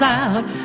out